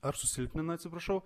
ar susilpnina atsiprašau